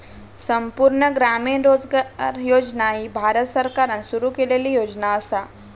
संपूर्ण ग्रामीण रोजगार योजना ही भारत सरकारान सुरू केलेली योजना असा